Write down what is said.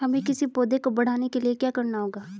हमें किसी पौधे को बढ़ाने के लिये क्या करना होगा?